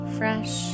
fresh